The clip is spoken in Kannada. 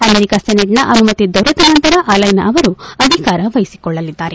ಅಮೆರಿಕ ಸೆನೆಟ್ನ ಅನುಮತಿ ದೊರೆತ ನಂತರ ಅಲ್ಲೆನಾ ಅವರು ಅಧಿಕಾರ ವಹಿಸಿಕೊಳ್ಳಲಿದ್ದಾರೆ